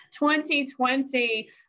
2020